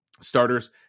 starters –